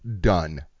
done